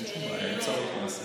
אתם תעלו.